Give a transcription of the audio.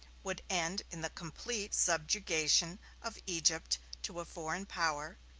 would end in the complete subjugation of egypt to a foreign power,